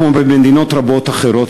כמו במדינות רבות אחרות,